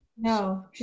No